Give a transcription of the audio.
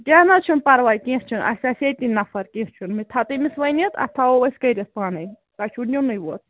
کیٛاہ نہَ حظ چھُ نہٕ پَرواے کیٚنٛہہ چھُ نہٕ اَسہِ آسہِ ییٚتی نفر بہٕ تھاوٕ تٔمِس ؤنِتھ اتھ تھاوو أسۍ کٔرِتھ پانے تۄہِہ چھُو نِنُے یوٚت